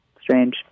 strange